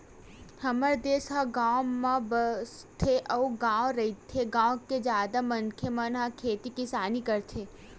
हमर देस ह गाँव म बसथे अउ गॉव रहिथे, गाँव के जादा मनखे मन ह खेती किसानी करथे